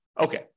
okay